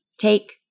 Take